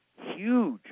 huge